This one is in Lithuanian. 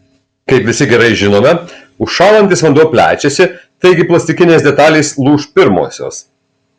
kaip visi gerai žinome užšąlantis vanduo plečiasi taigi plastikinės detalės lūš pirmosios